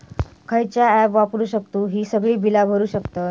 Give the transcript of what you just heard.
खयचा ऍप वापरू शकतू ही सगळी बीला भरु शकतय?